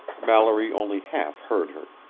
mallory only half heard her.